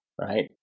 right